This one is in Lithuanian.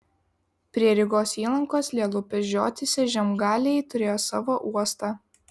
prie rygos įlankos lielupės žiotyse žemgaliai turėjo savo uostą